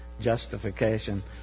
justification